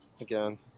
again